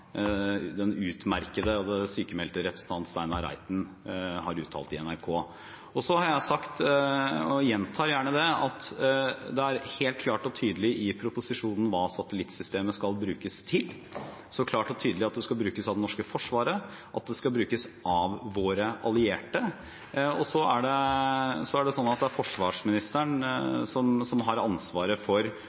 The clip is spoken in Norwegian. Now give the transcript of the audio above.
den utmerkede og sykmeldte representant Steinar Reiten har uttalt i NRK. Jeg har sagt – og gjentar det gjerne – at det er helt klart og tydelig i proposisjonen hva satellittsystemet skal brukes til. Det står klart og tydelig at det skal brukes av det norske forsvaret, at det skal brukes av våre allierte. Så er det forsvarsministeren som har ansvaret for – og må redegjøre for – kontakten med USA. Som jeg har